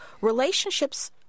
Relationships